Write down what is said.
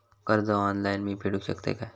कर्ज ऑनलाइन मी फेडूक शकतय काय?